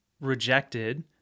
rejected